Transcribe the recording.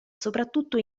soprattutto